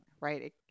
right